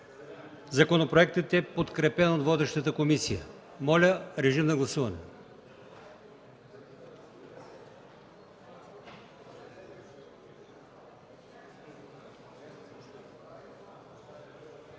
Законопроектът е подкрепен от водещата комисия. Моля, гласувайте.